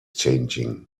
changing